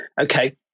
okay